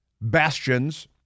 bastions